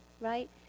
right